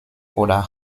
oder